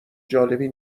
جالبی